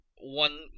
one